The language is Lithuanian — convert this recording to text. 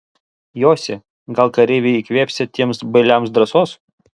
josi gal kareiviai įkvėpsią tiems bailiams drąsos